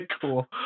cool